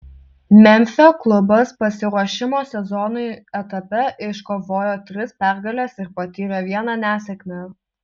memfio klubas pasiruošimo sezonui etape iškovojo tris pergales ir patyrė vieną nesėkmę